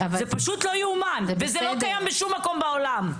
זה פשוט לא יאומן וזה לא קיים בשום מקום בעולם,